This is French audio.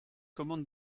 commandes